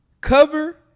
Cover